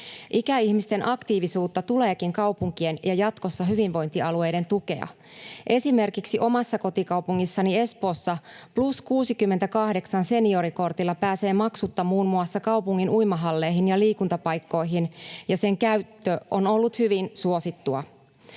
Ikäihmisten aktiivisuutta tuleekin kaupunkien ja jatkossa hyvinvointialueiden tukea. Esimerkiksi omassa kotikaupungissani Espoossa +68-seniorikortilla pääsee maksutta muun muassa kaupungin uimahalleihin ja liikuntapaikkoihin, [Maria Guzenina: Demareiden esitys!]